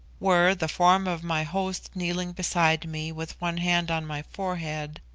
were the form of my host kneeling beside me with one hand on my forehead,